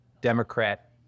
democrat